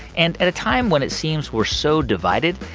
and at a time when it seems we're so divided,